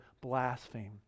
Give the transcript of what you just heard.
blaspheme